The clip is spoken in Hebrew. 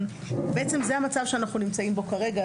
בעצם, זה המצב שאנחנו נמצאים בו כרגע.